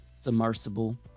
submersible